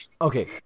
okay